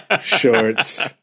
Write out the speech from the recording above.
shorts